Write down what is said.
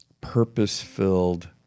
purpose-filled